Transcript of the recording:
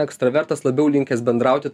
ekstravertas labiau linkęs bendrauti